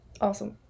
Awesome